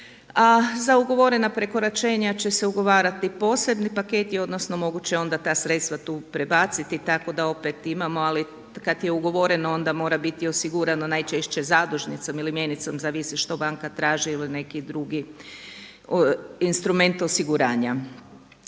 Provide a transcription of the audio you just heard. za ugovorena prekoračenja će se ugovarati posebni paketi, odnosno moguće je onda ta sredstva tu prebaciti, tako da opet imamo. Ali kad je ugovoreno, onda mora biti osigurano najčešće zadužnicom ili mjenicom zavisi što banka traži ili neki drugi instrument osiguranja.